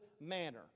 manner